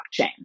blockchain